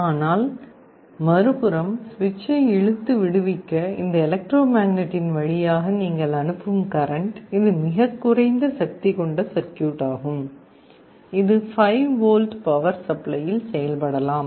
ஆனால் மறுபுறம் சுவிட்சை இழுத்து விடுவிக்க இந்த எலக்ட்ரோமேக்னட்டின் வழியாக நீங்கள் அனுப்பும் கரண்ட் இது மிகக் குறைந்த சக்தி கொண்ட சர்க்யூட் ஆகும் இது 5 வோல்ட் பவர் சப்ளையில் செயல்படலாம்